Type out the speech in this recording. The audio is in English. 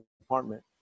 department